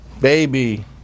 baby